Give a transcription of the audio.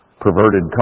perverted